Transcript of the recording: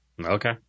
Okay